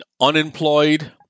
unemployed